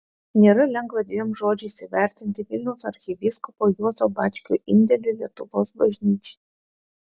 nėra lengva dviem žodžiais įvertinti vilniaus arkivyskupo juozo bačkio indėlį lietuvos bažnyčiai